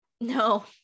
no